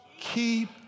keep